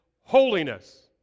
holiness